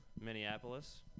Minneapolis